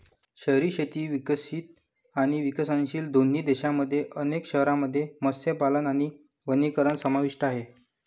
शहरी शेती विकसित आणि विकसनशील दोन्ही देशांमधल्या अनेक शहरांमध्ये मत्स्यपालन आणि वनीकरण समाविष्ट आहे